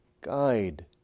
guide